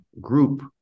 group